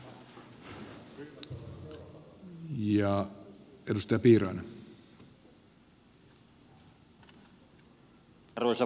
arvoisa puhemies